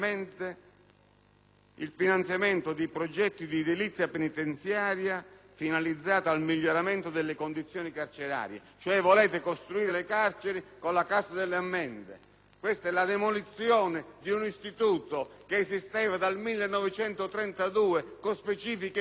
il finanziamento di progetti di edilizia penitenziaria finalizzati al miglioramento delle condizioni carcerarie. Volete, quindi, costruire le carceri con la Cassa delle ammende: è la demolizione di un istituto che esiste dal 1932 con specifiche finalità!